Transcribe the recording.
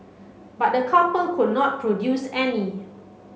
but the couple could not produce any